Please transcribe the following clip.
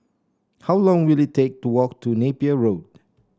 how long will it take to walk to Napier Road